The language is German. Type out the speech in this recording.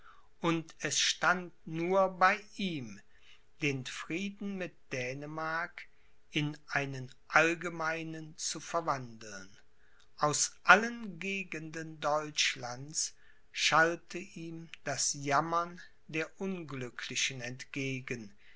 und es stand nur bei ihm den frieden mit dänemark in einen allgemeinen zu verwandeln aus allen gegenden deutschlands schallte ihm das jammern der unglücklichen entgegen